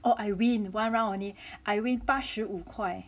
oh I win one round only I win 八十五块